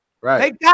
Right